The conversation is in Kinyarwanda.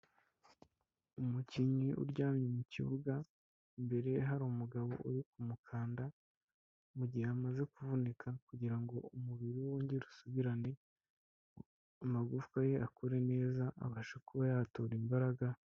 Umukinnyi uryamye mu kibuga, imbere ye hari umugabo uri kumukanda mu gihe amaze kuvunika kugira ngo umubiri we wongere usubirane, amagufwa ye akore neza, abasha kuba yatora imbaraga.